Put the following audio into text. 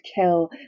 kill